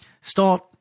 start